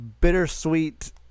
bittersweet